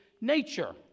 nature